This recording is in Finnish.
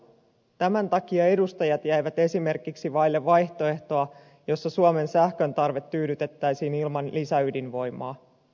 tämän takia edustajat jäivät esimerkiksi vaille vaihtoehtoa jossa suomen sähköntarve tyydytettäisiin ilman lisäydinvoimaa